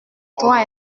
droit